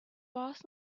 boss